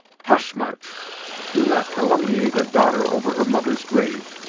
hush, march do not calumniate a daughter over her mother's grave!